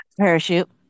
Parachute